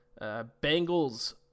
Bengals